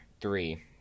three